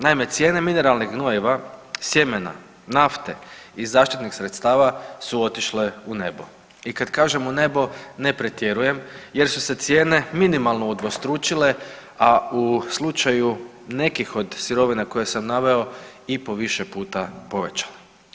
Naime, cijene mineralnih gnojiva, sjemena, nafte i zaštitnih sredstava su otišle u nebo i kad kažemo nebo ne pretjerujem jer su se cijene minimalno udvostručile, a u slučaju nekih od sirovina koje sam naveo i po više puta povećale.